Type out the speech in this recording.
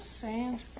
sand